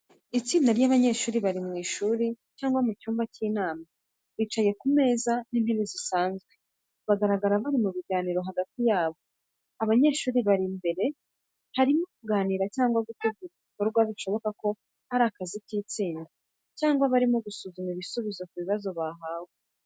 Itsinda ry'abanyeshuri bari mu ishuri cyangwa mu cyumba cy'inama bicaye ku meza n'intebe zisanzwe bagaragara bari mu biganiro hagati yabo. Abanyeshuri bari imbere barimo kuganira cyangwa gutegura igikorwa bishoboka ko ari akazi k’itsinda, cyangwa barimo gusuzuma ibisubizo ku kibazo bahawe.